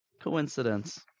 coincidence